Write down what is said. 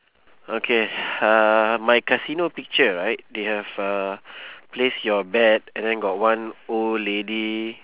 okay uh my casino picture right they have uh place your bet and then got one old lady